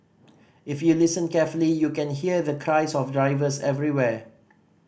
if you listen carefully you can hear the cries of drivers everywhere